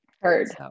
Heard